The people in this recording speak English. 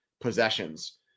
possessions